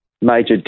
major